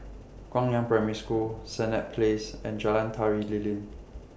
Guangyang Primary School Senett Place and Jalan Tari Lilin